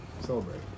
celebrate